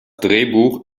drehbuch